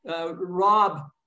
Rob